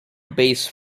based